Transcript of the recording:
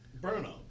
burnout